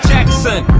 Jackson